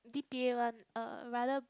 D_P_A one rather